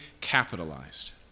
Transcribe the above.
capitalized